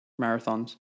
marathons